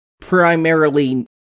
primarily